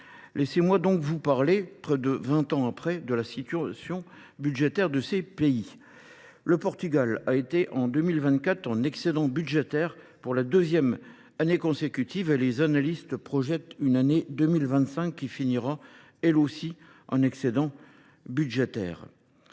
Laissez-moi donc vous parler, près de 20 ans après, de la situation budgétaire de ces pays. Le Portugal a été en 2024 en excédent budgétaire pour la deuxième année consécutive et les analystes projettent une année 2025 qui finira elle aussi en excédent budgétaire.